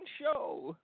show